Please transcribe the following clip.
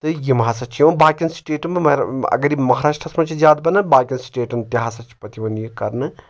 تہٕ یِم ہسا چھِ یِوان باقین سٹیٹَن مگر اگر یہِ مہاراشٹرہس منٛز چھِ زیادٕ بَنان باقین سٹیٹَن تہِ ہسا چھِ پَتہٕ یِوان یہِ کرنہٕ